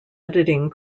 editing